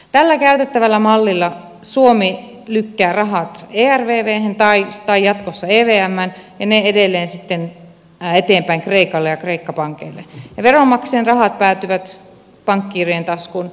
tällä käytettävällä mallilla suomi lykkää rahat ervvhen tai jatkossa evmään ja edelleen sitten eteenpäin kreikalle ja kreikan pankeille ja veronmaksajien rahat päätyvät pankkiirien taskuun